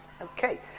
Okay